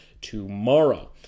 tomorrow